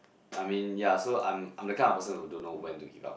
I mean ya so I'm I'm the kind of person who don't know when to give up